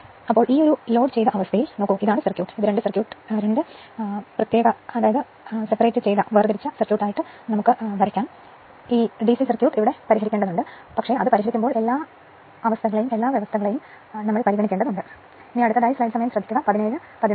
അതിനാൽ ഇത് ലോഡുചെയ്ത അവസ്ഥയിലാണ് ഇത് രണ്ട് പ്രത്യേക സർക്യൂട്ട് വരയ്ക്കുന്ന സർക്യൂട്ട് ആണ് ഒരു ഡിസി സർക്യൂട്ടിന് ഈ അവസ്ഥകളെല്ലാം മാത്രം നോക്കിക്കൊണ്ട് ഞാൻ പരിഹരിക്കും